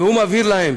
והוא מבהיר להם